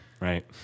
Right